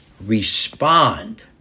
respond